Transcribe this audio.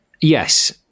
Yes